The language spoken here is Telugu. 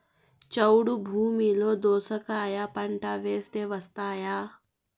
చౌడు భూమిలో దోస కాయ పంట వేస్తే వస్తాయా?